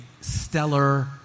stellar